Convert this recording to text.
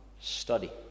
study